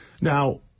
Now